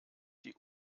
die